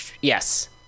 Yes